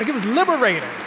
was liberating.